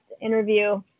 interview